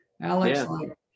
Alex